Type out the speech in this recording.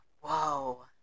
whoa